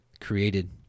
created